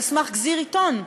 על סמך גזיר עיתון.